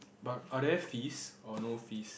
but are there fees or no fees